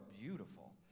beautiful